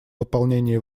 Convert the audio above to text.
выполнении